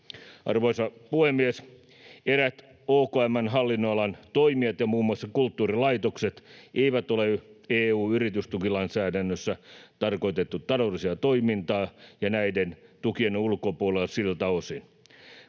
Arvoisa puhemies! Eräät OKM:n hallinnonalan toimijat ja muun muassa kulttuurilaitokset eivät ole EU-yritystukilainsäädännössä tarkoitettua taloudellista toimintaa ja ovat näiden tukien ulkopuolella siltä osin.